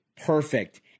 perfect